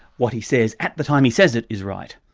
what he says at the time he says it, is right.